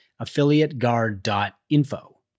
affiliateguard.info